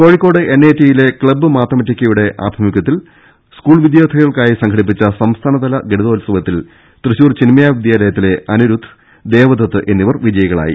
Kozhikode N I ടിയിലെ club മാത്തമാറ്റിക്കയുടെ ആഭിമുഖ്യത്തിൽ സ്കൂൾ വിദ്യാർഥികൾക്കായി സംഘടിപ്പിച്ച സംസ്ഥാനതല ഗണിതോത്സവത്തിൽ തൃശൂർ ചിൻമയ വിദ്യാലയത്തിലെ അനിരുദ്ധ് ദേവദത്ത് എന്നിവർ വിജയികളായി